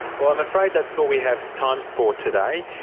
well i'm afraid that's all we have time for today.